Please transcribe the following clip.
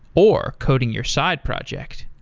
or coding your side project.